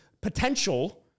potential